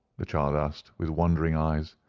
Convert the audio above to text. the child asked, with wondering eyes.